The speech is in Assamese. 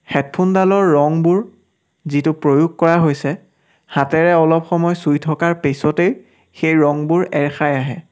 হেডফোনডালৰ ৰঙবোৰ যিটো প্ৰয়োগ কৰা হৈছে হাতেৰে অলপ সময় চুই থকাৰ পিছতেই সেই ৰংবোৰ এৰ খাই আহে